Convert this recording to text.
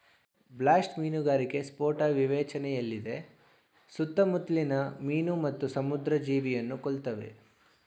blast ಮೀನುಗಾರಿಕೆ ಸ್ಫೋಟ ವಿವೇಚನೆಯಿಲ್ಲದೆ ಸುತ್ತಮುತ್ಲಿನ ಮೀನು ಮತ್ತು ಸಮುದ್ರ ಜೀವಿಯನ್ನು ಕೊಲ್ತವೆ